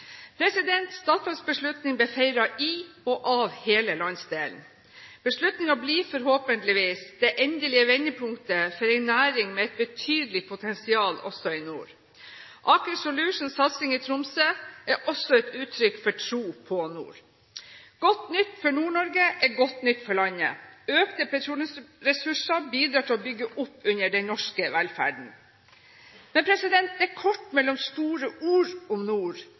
beslutning ble feiret i og av hele landsdelen. Beslutningen blir forhåpentligvis det endelige vendepunktet for en næring med et betydelig potensial også i nord. Aker Solutions’ satsing i Tromsø er også et uttrykk for tro på nord. Godt nytt for Nord-Norge er godt nytt for landet. Økte petroleumsressurser bidrar til å bygge opp under den norske velferden. Det er kort mellom store ord om nord,